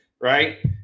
right